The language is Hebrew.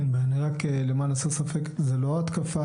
אין בעיה, רק למען הסר ספק, זה לא התקפה.